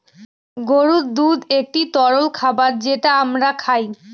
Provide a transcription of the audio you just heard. গরুর দুধ একটি তরল খাবার যেটা আমরা খায়